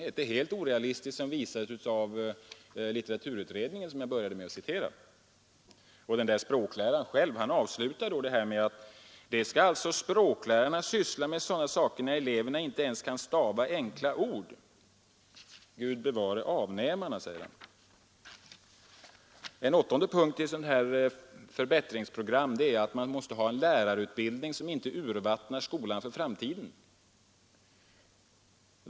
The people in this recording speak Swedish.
Att det är helt orealistiskt visas av litteraturutredningen, som jag började med att citera. Och denna lärare avslutar sitt inlägg med att säga: ”Detta skall alltså språklärarna syssla med när eleverna inte kan stava enkla svenska ord! Gud bevare avnämarna ———”. Ytterligare en punkt i ett sådant här förbättringsprogram är att man måste ha en lärarutbildning som inte urvattnar skolan för framtiden.